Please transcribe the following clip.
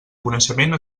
coneixement